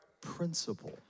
principle